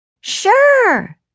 Sure